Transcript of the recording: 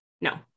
No